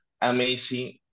amazing